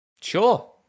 Sure